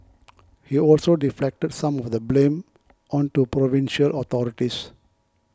he also deflected some of the blame onto provincial authorities